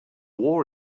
war